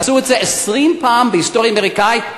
עשו את זה 20 פעם בהיסטוריה האמריקנית.